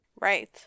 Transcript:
Right